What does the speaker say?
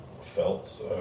felt